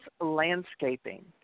Landscaping